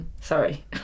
Sorry